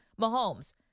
Mahomes